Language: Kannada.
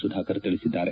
ಸುಧಾಕರ್ ತಿಳಿಸಿದ್ದಾರೆ